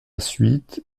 suite